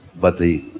but the,